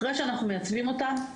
אחרי שאנחנו מייצבים אותם,